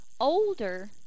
older